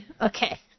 Okay